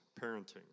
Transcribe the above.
parenting